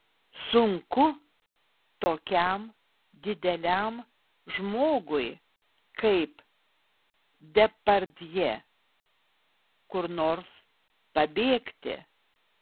sunku tokiam dideliam žmogui kaip depardjė kur nors pabėgti